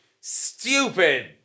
stupid